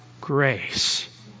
grace